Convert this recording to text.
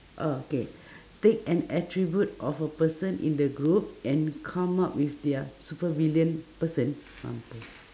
oh k pick an attribute of a person in the group and come up with their supervillain person mampus